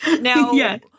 Now